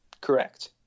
Correct